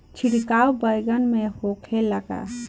छिड़काव बैगन में होखे ला का?